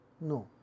No